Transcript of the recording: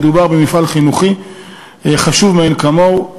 מדובר במפעל חינוכי חשוב מאין כמוהו,